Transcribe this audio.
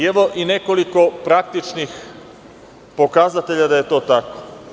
Evo i nekoliko praktičnih pokazatelja da je to tako.